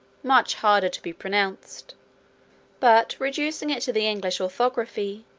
much harder to be pronounced but reducing it to the english orthography,